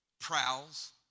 prowls